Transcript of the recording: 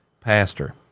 pastor